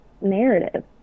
narrative